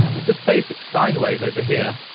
with this basic sine wave over here,